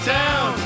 town